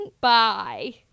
Bye